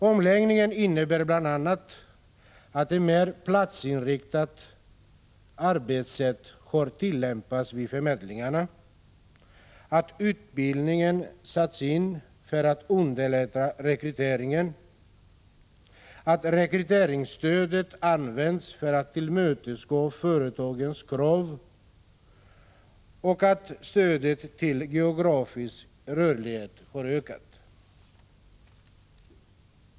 Omläggningen innebär bl.a. att ett mer platsinriktat arbetssätt har tillämpats vid förmedlingarna, att utbildningen har satts in för att underlätta rekryteringen, att rekryteringsstödet har använts för att tillmötesgå företa 115 Prot. 1985/86:108 gens krav och att stödet för geografisk rörlighet har ökat.